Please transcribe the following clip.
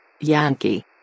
Yankee